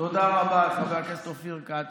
תודה רבה, חבר הכנסת אופיר כץ.